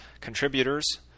contributors